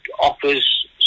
offers